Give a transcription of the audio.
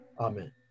Amen